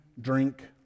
drink